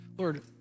Lord